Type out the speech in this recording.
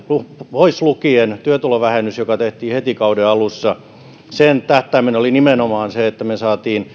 pois lukien työtulovähennys joka tehtiin heti kauden alussa sen tähtäimenä oli nimenomaan se että me saimme